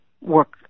work